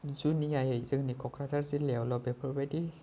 जुनियायै जोंनि क'क्राझार जिल्लायावल' बेफोरबादि